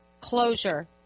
closure